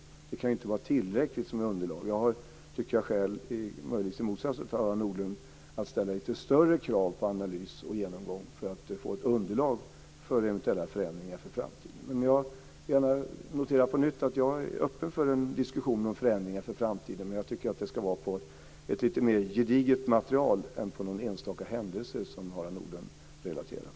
Det kan inte vara tillräckligt som underlag. Jag tycker att jag har, möjligtvis i motsats till Harald Nordlund, skäl att ställa lite större krav på analys och genomgång för att få ett underlag för eventuella förändringar för framtiden. Jag noterar på nytt att jag är öppen för en diskussion om förändringar i framtiden. Men jag tycker att det ska bygga på ett lite mer gediget material än någon enstaka händelse som Harald Nordlund relaterar.